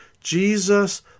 Jesus